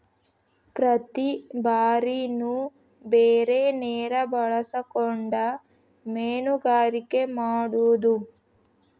ಪ್ರತಿ ಬಾರಿನು ಬೇರೆ ನೇರ ಬಳಸಕೊಂಡ ಮೇನುಗಾರಿಕೆ ಮಾಡುದು